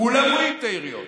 כולם רואים את היריות,